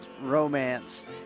romance